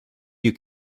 you